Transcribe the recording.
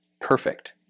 perfect